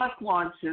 launches